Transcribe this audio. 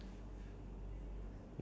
oh what music ah